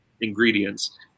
ingredients